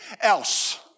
else